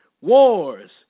wars